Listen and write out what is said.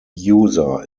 user